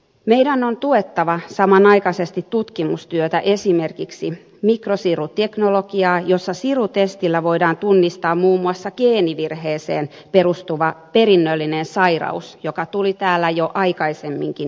meidän on tuettava samanaikaisesti tutkimustyötä esimerkiksi mikrosiruteknologiaa jossa sirutestillä voidaan tunnistaa muun muassa geenivirheeseen perustuva perinnöllinen sairaus joka tuli täällä jo aikaisemminkin esille